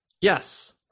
yes